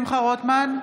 שמחה רוטמן,